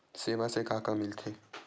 सेवा से का का मिलथे?